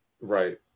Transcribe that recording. Right